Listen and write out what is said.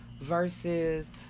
versus